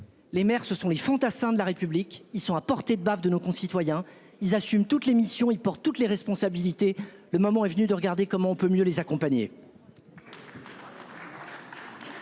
Les maires, ce sont les fantassins de la République, ils sont à portée de baffe de nos concitoyens, ils assument toutes les missions. Il porte toutes les responsabilités. Le moment est venu de regarder comment on peut mieux les accompagner.